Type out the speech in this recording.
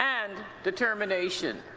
and determination.